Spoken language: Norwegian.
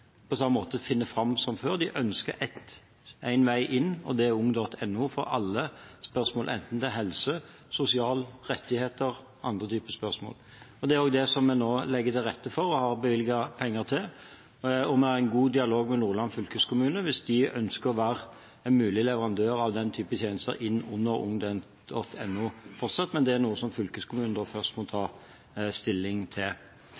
på samme måte som før. De ønsker én vei inn, og det er ung.no, for alle spørsmål enten det gjelder helse, sosial, rettigheter eller andre typer spørsmål. Det er også det vi nå legger til rette for og har bevilget penger til. Vi er i en god dialog med Nordland fylkeskommune, hvis de fortsatt ønsker å være en mulig leverandør av den typen tjenester inn under ung.no. Men det er noe fylkeskommunen må ta stilling til. Så har en rekke representanter vært oppe og på ulik måte beskrevet diskusjoner som